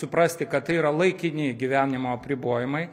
suprasti kad tai yra laikini gyvenimo apribojimai